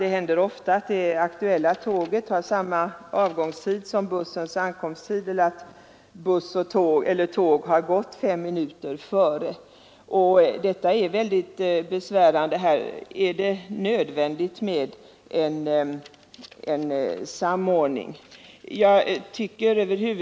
Det händer ofta att det aktuella tågets avgångstid är densamma som bussens ankomsttid eller att tåget har gått fem minuter innan bussen anländer. Detta är synnerligen besvärande. Här är det nödvändigt med en samordning.